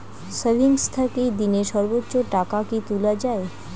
Savings থাকি দিনে সর্বোচ্চ টাকা কি তুলা য়ায়?